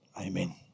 amen